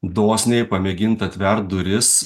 dosniai pamėgint atvert duris